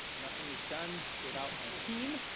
nothing is done without my team.